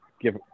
give